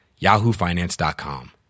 yahoofinance.com